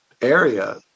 area